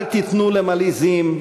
אל תיתנו למלעיזים,